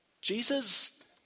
Jesus